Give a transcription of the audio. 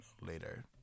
later